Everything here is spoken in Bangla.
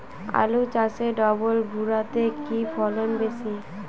আলু চাষে ডবল ভুরা তে কি ফলন বেশি?